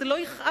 זה לא יכאב.